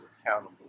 accountable